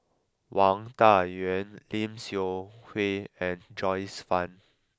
Wang Dayuan Lim Seok Hui and Joyce Fan